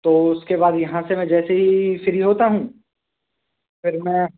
तो उसके बाद यहाँ से मैं जैसे ही फ्री होता हूँ फिर मैं